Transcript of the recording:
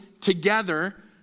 together